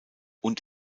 und